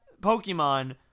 Pokemon